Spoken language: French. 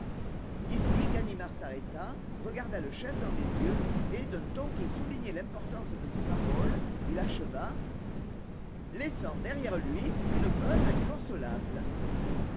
ici ganimard s'arrêta regarda le chef dans les yeux et d'un ton qui soulignait l'importance de ses paroles il acheva laissant derrière lui une veuve inconsolable